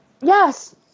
Yes